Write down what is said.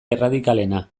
erradikalena